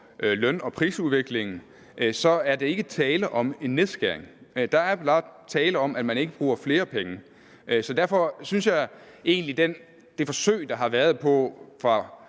løn- og prisudviklingen, så er der ikke tale om en nedskæring. Der er blot tale om, at man ikke bruger flere penge. Så derfor synes jeg egentlig, at det forsøg, der har været fra